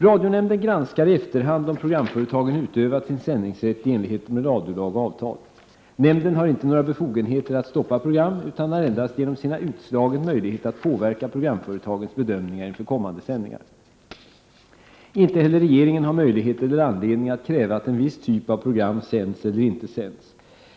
Radionämnden granskar i efterhand om programföretagen utövat sin sändningsrätt i enlighet med radiolag och avtal. Nämnden har inte några befogenheter att stoppa program utan har endast genom sina utslag en möjlighet att påverka programföretagens bedömningar inför kommande sändningar. Inte heller regeringen har möjlighet eller anledning att kräva att en viss typ av program sänds eller inte sänds.